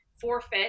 forfeit